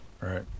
right